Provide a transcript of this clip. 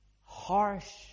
harsh